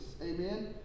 Amen